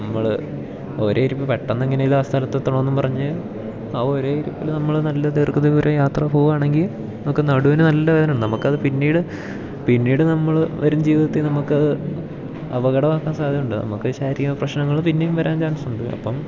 നമ്മള് ഒരേ ഇരിപ്പ് പെട്ടെന്നെങ്ങനേലും ആ സ്ഥലത്ത് എത്തണമെന്ന് പറഞ്ഞ് ആ ഒരേ ഇരിപ്പില് നമ്മള് നല്ല ദീർഘ ദൂരെ യാത്ര പോകുവാണെങ്കിൽ നമുക്ക് നടുവിന് നല്ല വേദന നമുക്കത് പിന്നീട് പിന്നീട് നമ്മള് വരും ജീവിതത്തിൽ നമുക്കത് അപകടമാകാൻ സാദ്ധ്യതയുണ്ട് നമുക്ക് ശാരീരിക പ്രശ്നങ്ങള് പിന്നെയും വരാൻ ചാൻസുണ്ട് അപ്പം